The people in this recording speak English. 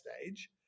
stage